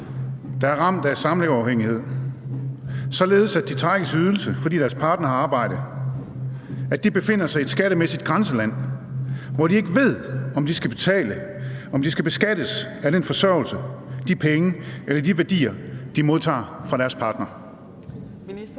der er ramt af samleverafhængighed, således at de trækkes i ydelse, fordi deres partner har arbejde, befinder sig i et skattemæssigt grænseland, hvor de ikke ved, om de skal beskattes af den forsørgelse, de penge eller de værdier, de modtager fra deres partner? Fjerde